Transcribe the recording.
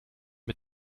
mit